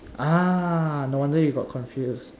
ah no wonder you got confused